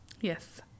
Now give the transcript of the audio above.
Yes